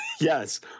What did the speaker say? Yes